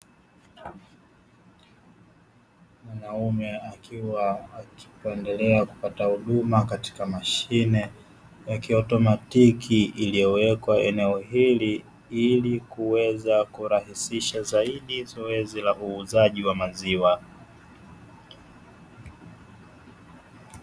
Mwanaume akiwa akiendelea kupata huduma katika mashine ya kiautomatiki iliyowekwa eneo hili, ili kuweza kurahisisha zaidi zoezi la uuzaji wa maziwa.